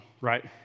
right